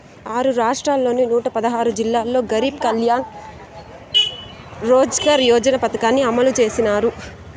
ఆరు రాష్ట్రాల్లోని నూట పదహారు జిల్లాల్లో గరీబ్ కళ్యాణ్ రోజ్గార్ యోజన పథకాన్ని అమలు చేసినారు